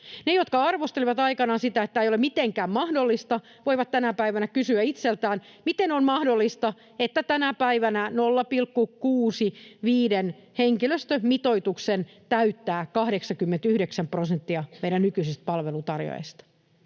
Ne, jotka arvostelivat aikoinaan sitä, että tämä ei ole mitenkään mahdollista, voivat tänä päivänä kysyä itseltään, miten on mahdollista, että tänä päivänä 0,65-henkilöstömitoituksen täyttää 89 prosenttia meidän nykyisistä palveluntarjoajista.